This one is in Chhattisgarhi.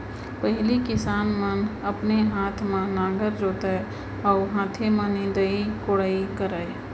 पहिली किसान मन अपने हाथे म नांगर जोतय अउ हाथे म निंदई कोड़ई करय